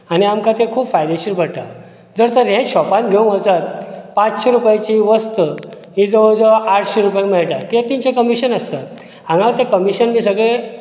आनी आमकां ते खूब फायदेशीर पडटा जर तर हें शोपार घेवंक वचत तर पाचशें रुपयाची वस्त ही जवळ जवळ आठशें रूपयांत मेळटा कित्याक तेंचे कमिशन आसता हांगा तें कमिशन बी सगळें